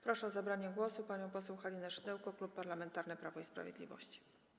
Proszę o zabranie głosu panią poseł Halinę Szydełko, Klub Parlamentarny Prawo i Sprawiedliwość.